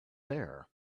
there